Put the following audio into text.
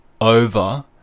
over